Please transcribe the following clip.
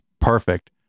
perfect